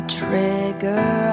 trigger